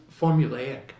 formulaic